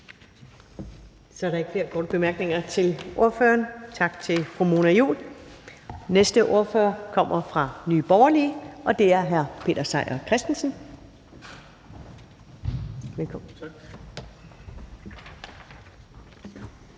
Så er der ikke flere korte bemærkninger til ordføreren. Tak til fru Mona Juul. Den næste ordfører kommer fra Nye Borgerlige, og det er hr. Peter Seier Christensen. Velkommen.